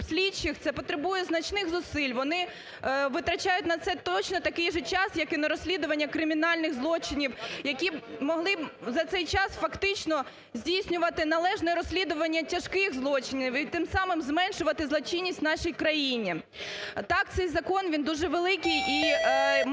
це потребує значних зусиль, вони витрачають на це точно такий же час, як і на розслідування кримінальних злочинів, які б могли за цей час фактично здійснювати належне розслідування тяжких злочинів і тим самим зменшувати злочинність в нашій країні. Так, цей закон, він дуже великий і має цілий